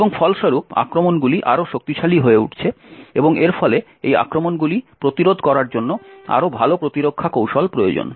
এবং ফলস্বরূপ আক্রমণগুলি আরও শক্তিশালী হয়ে উঠছে এবং এর ফলে এই আক্রমণগুলি প্রতিরোধ করার জন্য আরও ভাল প্রতিরক্ষা কৌশল প্রয়োজন